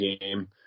game